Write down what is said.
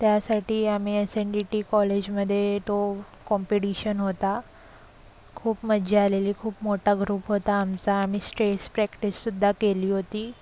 त्यासाठी आम्ही S N D T कॉलेजमध्ये तो कॉम्पिडीशन होता खूप मज्जा आलेली खूप मोठा ग्रुप होता आमचा आम्ही स्टेश प्रॅक्टिस सुद्धा केली होती